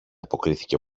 αποκρίθηκε